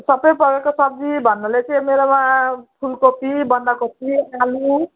सबै प्रकारको सब्जी भन्नाले चाहिँ मेरोमा फुलकोपी बन्दकोपी आलु